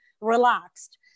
relaxed